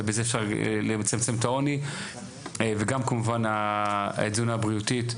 בזה אפשר לצמצם את העוני וגם כמובן את האיזון הבריאותי.